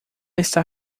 está